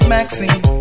Maxine